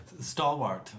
Stalwart